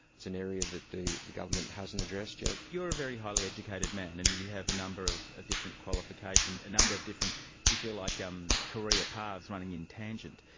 it's an area that the government hasn't addressed yet. you're a very highly educated man and you have a number of of different qualifications, a number of different like um career paths running in tangent.